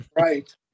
right